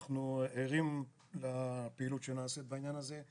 אנחנו ערים לפעילות שנעשית בעניין הזה,